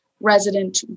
resident